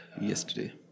yesterday